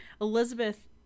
elizabeth